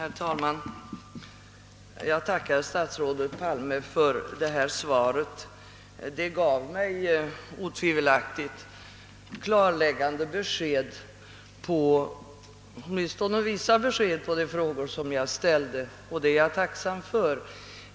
Herr talman! Jag tackar statsrådet Palme för svaret. Det gav mig otvivelaktigt vissa klarläggande besked i de frågor som jag ställt, och det är jag tacksam för.